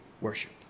worship